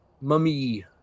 mummy